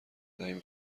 دهیم